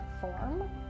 form